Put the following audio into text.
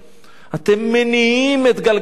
אתם מניעים את גלגלי המשק.